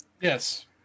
Yes